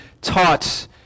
taught